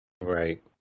Right